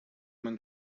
man